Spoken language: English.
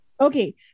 Okay